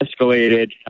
escalated